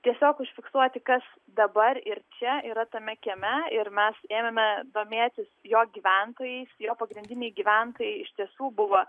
tiesiog užfiksuoti kas dabar ir čia yra tame kieme ir mes ėmėme domėtis jo gyventojais jo pagrindiniai gyventojai iš tiesų buvo